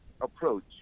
approach